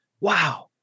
wow